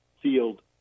field